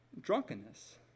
drunkenness